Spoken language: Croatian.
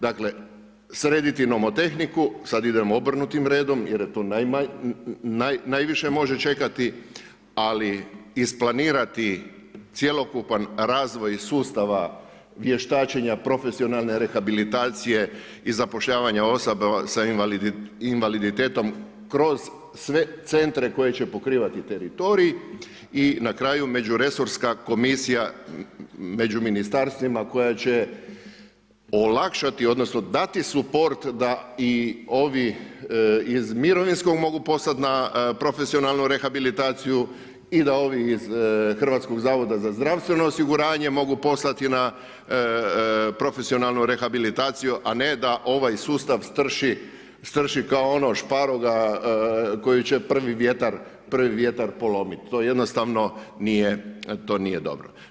Dakle srediti nomotehniku, sad idemo obrnutim redom jer je to najviše može čekati, ali isplanirati cjelokupan razvoj sustava vještačenja profesionalne rehabilitacije i zapošljavanje osoba sa invaliditetom kroz sve centre koji će pokrivati teritorij i na kraju međuresorska komisija među ministarstvima koja će olakšati, odnosno dati suport da i ovi iz mirovinskog mogu poslat na profesionalnu rehabilitaciju i da ovih iz Hrvatskog zavoda za zdravstveno osiguranje mogu poslati na profesionalnu rehabilitaciju, a ne da ovaj sustav strši kao ono šparoga koju će prvi vjetar polomit, to jednostavno nije dobro.